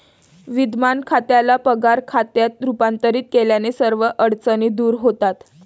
विद्यमान खात्याला पगार खात्यात रूपांतरित केल्याने सर्व अडचणी दूर होतात